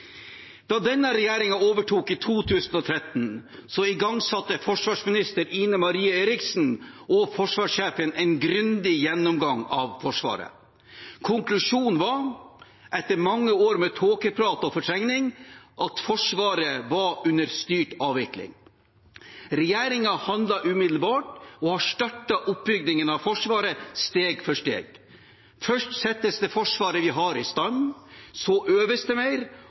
Da denne regjeringen overtok i 2013, igangsatte forsvarsminister Ine M. Eriksen Søreide og forsvarssjefen en grundig gjennomgang av Forsvaret. Konklusjonen var – etter mange år med tåkeprat og fortrengning – at Forsvaret var under styrt avvikling. Regjeringen handlet umiddelbart og har startet oppbyggingen av Forsvaret, steg for steg: Først settes det Forsvaret vi har, i stand, så øves det mer,